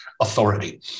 authority